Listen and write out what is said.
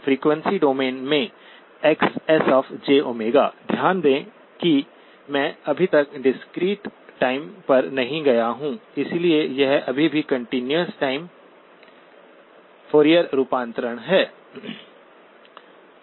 frequency domain में XsjΩ ध्यान दें कि मैं अभी तक डिस्क्रीट टाइम पर नहीं गया हूं इसलिए यह अभी भी कंटीन्यूअस टाइम फॉरिएर रूपांतरण है